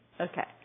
Okay